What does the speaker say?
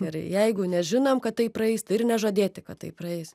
gerai jeigu nežinom kad tai praeis tai ir nežadėti kad tai praeis